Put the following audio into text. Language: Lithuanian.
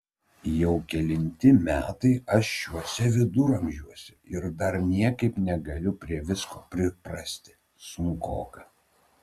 jau kelinti metai aš šiuose viduramžiuose ir dar niekaip negaliu prie visko priprasti sunkoka